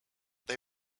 they